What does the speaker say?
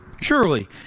Surely